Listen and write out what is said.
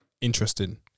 Interesting